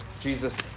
Jesus